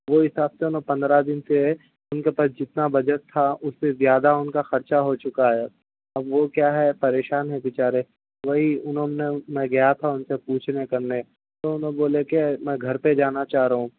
وہ حساب سے میں پندرہ دن سے ان کے پاس جتنا بجٹ تھا اس سے زیادہ ان کا خرچہ ہو چکا ہے اب وہ کیا ہے پریشان ہیں بیچارے وہی انہوں نے میں گیا تھا ان سے پوچھنے کرنے تو انہوں بولے کہ میں گھر پہ جانا چاہ رہا ہوں